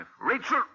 Rachel